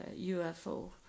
UFO